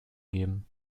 geben